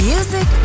Music